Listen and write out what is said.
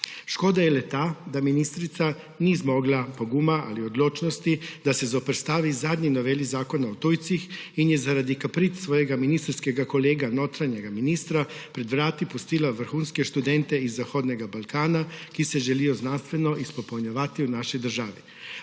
Škoda je le ta, da ministrica ni zmogla poguma ali odločnosti, da se zoperstavi zadnji noveli Zakona o tujcih in je zaradi kapric svojega ministrskega kolega notranjega ministra pred vrati pustila vrhunske študente iz Zahodnega Balkana, ki se želijo znanstveno izpopolnjevati v naši državi.